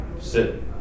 sit